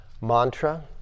mantra